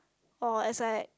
oh as I